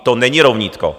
To není rovnítko.